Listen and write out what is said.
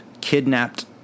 kidnapped